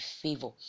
favor